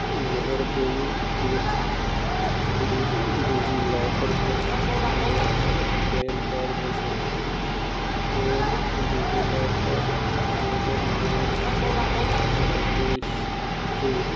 مہربٲنی کٔرِتھ کٔرِو ڈی جی لاکر پٮ۪ٹھ میٛون پین کارڈ حٲصِل میٛون DigiLocker user name چھُ راکیش کے